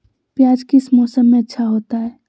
प्याज किस मौसम में अच्छा होता है?